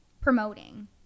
promoting